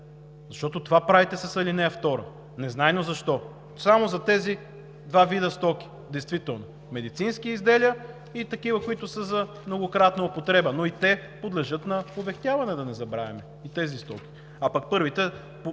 защото това правите с ал. 2, незнайно защо! Само за тези два вида стоки действително – медицински изделия и такива, които са за многократна употреба, но и те подлежат на овехтяване, да не забравяме, и тези стоки, а пък първите